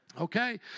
Okay